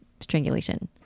strangulation